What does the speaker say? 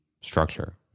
structure